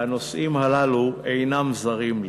והנושאים הללו אינם זרים לי.